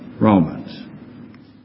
Romans